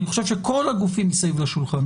אני חושב שכל הגופים מסביב לשולחן